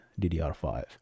ddr5